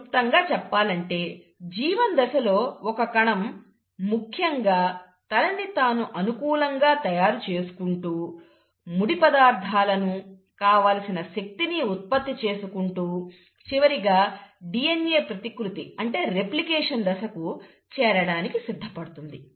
క్లుప్తంగా చెప్పాలంటే G1 దశ లో ఒక కణం ముఖ్యంగా తనని తాను అనుకూలంగా తయారు చేసుకుంటూ ముడి పదార్థాలను కావలసిన శక్తిని ఉత్పత్తి చేసుకుంటూ చివరిగా DNA ప్రతికృతిnరెప్లికేషన్ దశకు చేరడానికి సిద్ధపడుతుంది